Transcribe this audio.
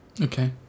okay